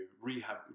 rehab